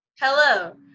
Hello